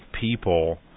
people